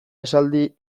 esaldi